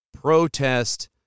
protest